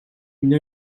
une